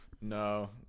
No